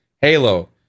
Halo